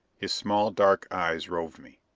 his small dark eyes roved me.